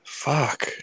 Fuck